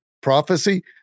prophecy